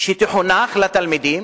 לפיה יחונכו לתלמידים.